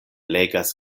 legas